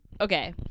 Okay